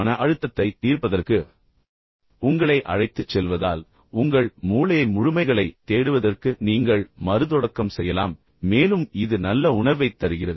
மன அழுத்தத்தைத் தீர்ப்பதற்கு உங்களை அழைத்துச் செல்வதால் உங்கள் மூளையை முழுமைகளைத் தேடுவதற்கு நீங்கள் மறுதொடக்கம் செய்யலாம் மேலும் இது நல்ல உணர்வைத் தருகிறது